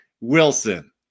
Wilson